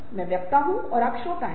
मैं वक्ता हूं और आप श्रोता हैं